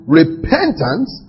repentance